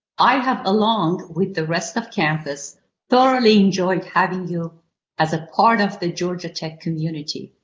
i have along with the rest of campus thoroughly enjoyed having you as a part of the georgia tech community.